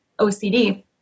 OCD